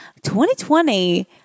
2020